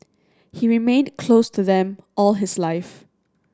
he remained close to them all his life